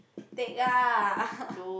take ah